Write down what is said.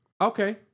Okay